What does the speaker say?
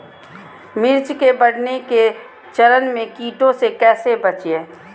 मिर्च के बढ़ने के चरण में कीटों से कैसे बचये?